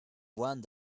one